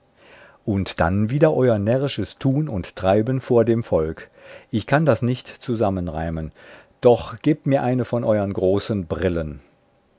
und dann wieder euer närrisches tun und treiben vor dem volk ich kann das nicht zusammenreimen doch gebt mir eine von euern großen brillen